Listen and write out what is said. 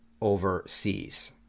overseas